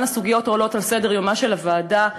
הסוגיות העולות על סדר-יומה של הוועדה,